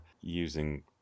using